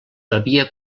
bevia